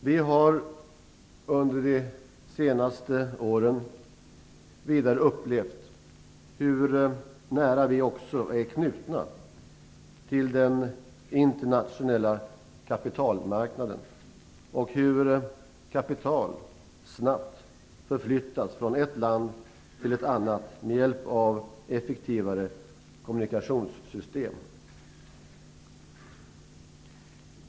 Vi har under de senaste åren vidare upplevt hur nära vi också är knutna till den internationella kapitalmarknaden och hur kapital snabbt förflyttas från ett land till ett annat med hjälp av effektivare kommunikationssystem.